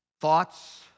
thoughts